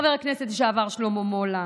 חבר הכנסת לשעבר שלמה מולה,